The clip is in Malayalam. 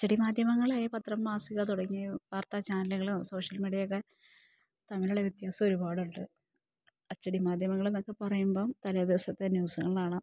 അച്ചടിമാധ്യമങ്ങളായ പത്രം മാസിക തുടങ്ങി വാർത്താചാനലുകളും സോഷ്യൽ മീഡിയയൊക്കെ തമ്മിലുള്ള വ്യത്യാസം ഒരുപാടുണ്ട് അച്ചടി മാധ്യമങ്ങളെന്നൊക്കെ പറയുമ്പോള് തലേദിവസത്തെ ന്യൂസുകളാണ്